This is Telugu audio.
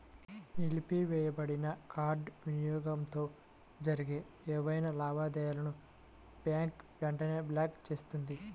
నిలిపివేయబడిన కార్డ్ వినియోగంతో జరిగే ఏవైనా లావాదేవీలను బ్యాంక్ వెంటనే బ్లాక్ చేస్తుంది